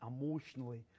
emotionally